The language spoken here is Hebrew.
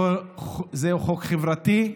זהו חוק חברתי.